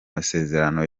masezerano